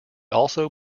also